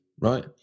right